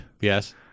yes